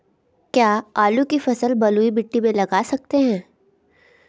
क्या आलू की फसल बलुई मिट्टी में लगा सकते हैं?